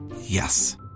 Yes